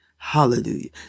Hallelujah